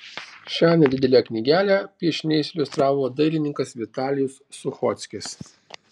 šią nedidelę knygelę piešiniais iliustravo dailininkas vitalijus suchockis